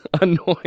Annoying